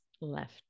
left